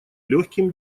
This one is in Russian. легким